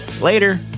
later